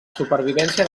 supervivència